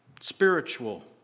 Spiritual